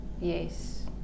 Yes